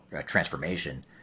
transformation